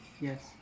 yes